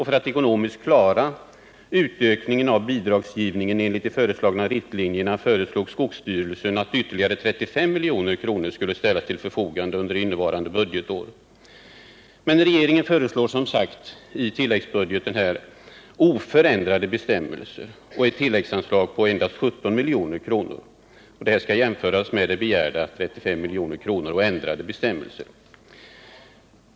För att ekonomiskt klara utökningen av bidragsgivningen enligt de föreslagna riktlinjerna har skogsstyrelsen föreslagit att ytterligare 35 milj.kr. skulle ställas till förfogande under innevarande budgetår. Men regeringen föreslår, som sagt, i tilläggsbudgeten oförändrade bestämmelser och ett tilläggsanslag på endast 17 milj.kr. Detta skall alltså jämföras med en begäran om ändrade bestämmelser och 35 milj.kr.